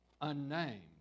unnamed